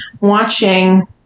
watching